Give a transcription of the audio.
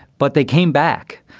but they came back.